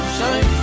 Shine